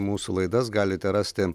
mūsų laidas galite rasti